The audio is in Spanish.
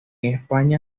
españa